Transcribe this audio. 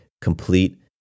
complete